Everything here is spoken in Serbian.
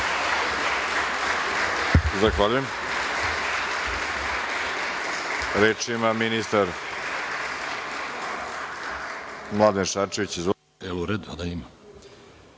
Zahvaljujem. Reč ima ministar Mladen Šarčević.